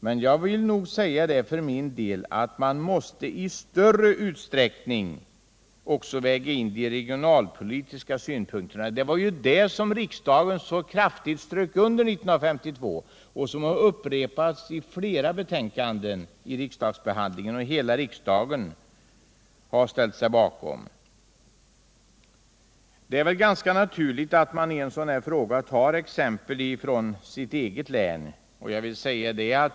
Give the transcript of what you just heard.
Men jag vill nog för min del säga att man i större utsträckning måste väga in de regionalpolitiska synpunkterna. Det strök riksdagen kraftigt under 1972, och det har upprepats i flera betänkanden, som hela riksdagen ställt sig bakom. Det är naturligt att man i en sådan här fråga tar exempel från sitt eget län.